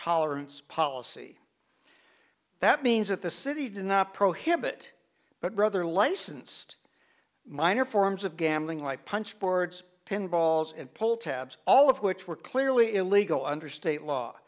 tolerance policy that means that the city did not prohibit but rather licensed minor forms of gambling like punch boards pinballs and pull tabs all of which were clearly illegal under state law